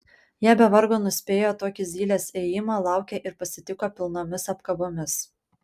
jie be vargo nuspėjo tokį zylės ėjimą laukė ir pasitiko pilnomis apkabomis